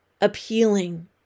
appealing